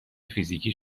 فیزیکی